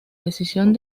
decisión